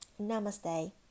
namaste